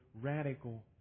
radical